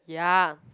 ya